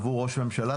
עבור ראש הממשלה,